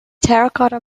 terracotta